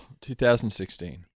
2016